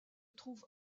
trouve